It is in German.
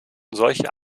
solche